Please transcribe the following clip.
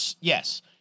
Yes